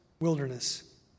wilderness